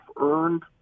earned